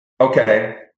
Okay